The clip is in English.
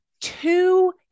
two